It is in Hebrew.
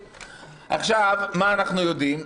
עכשיו, מה אנחנו יודעים?